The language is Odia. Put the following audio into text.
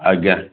ଆଜ୍ଞା